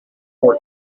four